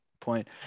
point